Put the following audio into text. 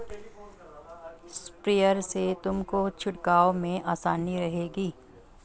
sprayer से तुमको छिड़काव में आसानी रहेगी